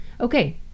Okay